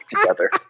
together